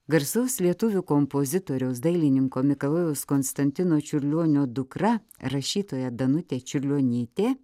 garsaus lietuvių kompozitoriaus dailininko mikalojaus konstantino čiurlionio dukra rašytoja danutė čiurlionytė